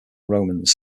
romans